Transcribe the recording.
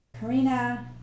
Karina